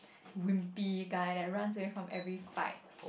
wimpy guy that runs away from every fight